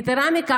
יתרה מזו,